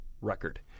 record